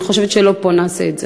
אני חושבת שלא פה נעשה את זה,